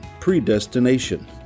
predestination